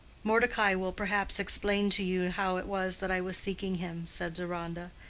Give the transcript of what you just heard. mordecai will perhaps explain to you how it was that i was seeking him, said deronda,